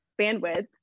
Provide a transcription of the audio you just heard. bandwidth